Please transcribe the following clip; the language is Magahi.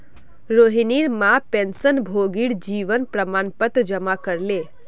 रोहिणीर मां पेंशनभोगीर जीवन प्रमाण पत्र जमा करले